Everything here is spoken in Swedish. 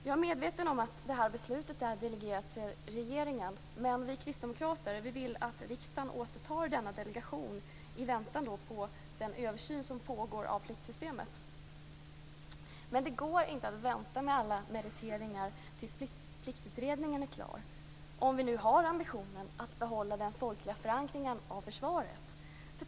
Jag är medveten om att det här beslutet är delegerat till regeringen, men vi kristdemokrater vill att riksdagen återtar denna delegation i väntan på den översyn som pågår av pliktsystemet. Men det går inte att vänta med alla meriteringar tills pliktutredningen är klar om vi nu har ambitionen att behålla den folkliga förankringen av försvaret.